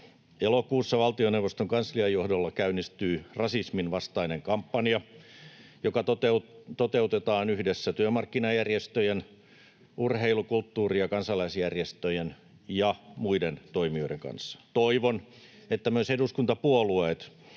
Elokuussa valtioneuvoston kanslian johdolla käynnistyy rasismin vastainen kampanja, joka toteutetaan yhdessä työmarkkinajärjestöjen, urheilu-, kulttuuri- ja kansalaisjärjestöjen ja muiden toimijoiden kanssa. Toivon, että myös eduskuntapuolueet